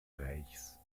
reichs